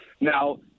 Now